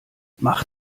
mach